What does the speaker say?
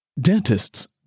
Dentists